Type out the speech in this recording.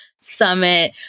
summit